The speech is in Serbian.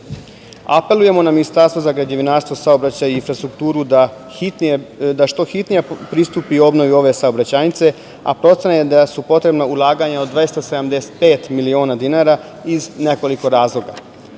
Bajmok. Apelujemo na Ministarstvo za građevinarstvo, saobraćaj i infrastrukturu da što hitnije pristupi obnovi ove saobraćajnice, a procenjeno je da su potrebna ulaganja od 275 miliona dinara iz nekoliko razloga.